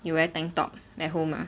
you wear tank top at home ah